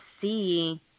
see